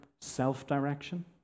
self-direction